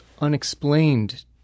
unexplained